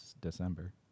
December